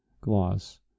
Gloss